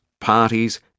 parties